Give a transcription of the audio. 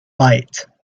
byte